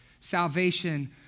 Salvation